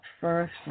first